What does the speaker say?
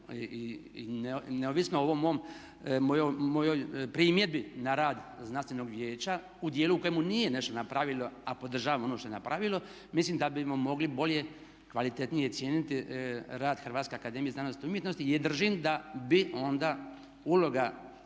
i neovisno o ovoj mojoj primjedbi na rad znanstvenog vijeća u djelu u kojemu nije nešto napravilo a podržavam ono što je napravilo, mislim da bismo mogli bolje i kvalitetnije cijeniti rad Hrvatske akademije znanosti i umjetnosti jer držim da bi onda uloga